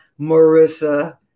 Marissa